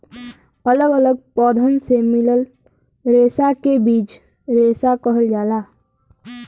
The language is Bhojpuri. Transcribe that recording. अलग अलग पौधन से मिलल रेसा के बीज रेसा कहल जाला